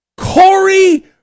Corey